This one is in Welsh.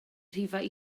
rhifau